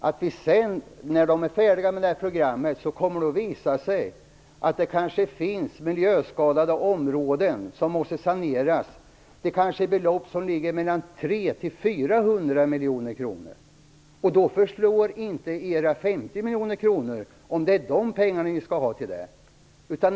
När man är färdig med programmet kommer det kanske att visa sig att det finns så mycket miljöskadade områden som måste saneras att behovet kommer att ligga mellan 300 och 400 miljoner kronor. Då förslår inte era 50 miljoner kronor, om det är det ni skall ha de pengarna till.